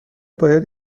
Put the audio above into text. باید